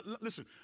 Listen